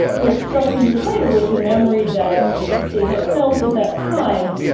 what struck me years later was the memory that it had felt at that time,